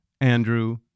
Andrew